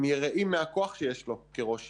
הם יראים מהכוח שיש לו כראש עיר.